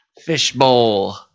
Fishbowl